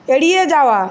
এড়িয়ে যাওয়া